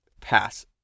pass